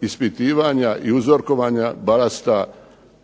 ispitivanja i uzorkovanja balasta